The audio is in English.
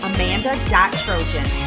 Amanda.Trojan